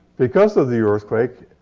because of the earthquake,